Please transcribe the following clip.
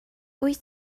wyt